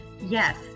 Yes